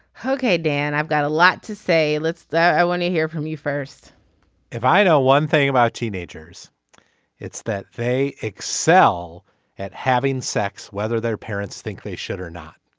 ok. dan i've got a lot to say. let's. i want to hear from you first if i know one thing about teenagers it's that they excel at having sex whether their parents think they should or not.